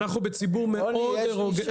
אנחנו ציבור הטרוגני מאוד.